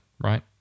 right